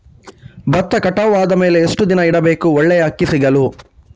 ಭತ್ತ ಕಟಾವು ಆದಮೇಲೆ ಎಷ್ಟು ದಿನ ಇಡಬೇಕು ಒಳ್ಳೆಯ ಅಕ್ಕಿ ಸಿಗಲು?